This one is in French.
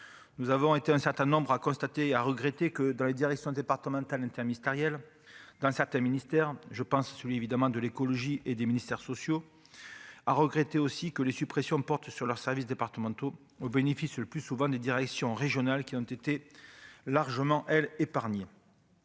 nous avons été un certain nombre à constater, a regretté que dans les directions départementales interministérielles dans certains ministères, je pense celui évidemment de l'écologie et des ministères sociaux a regretté aussi que les suppressions portent sur leurs services départementaux au bénéfice le plus souvent des directions régionales qui ont été largement elle épargnée.